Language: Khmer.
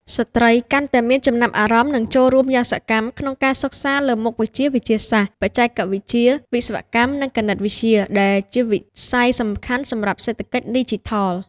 ស្ត្រីកាន់តែមានចំណាប់អារម្មណ៍និងចូលរួមយ៉ាងសកម្មក្នុងការសិក្សាលើមុខវិជ្ជាវិទ្យាសាស្ត្រ បច្ចេកវិទ្យា វិស្វកម្ម និងគណិតវិទ្យា ដែលជាវិស័យសំខាន់សម្រាប់សេដ្ឋកិច្ចឌីជីថល។